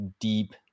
deep